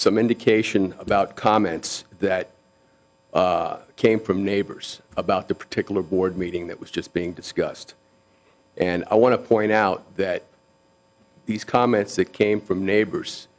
some indication about comments that came from neighbors about the particular board meeting that was just being discussed and i want to point out that these comments came from neighbors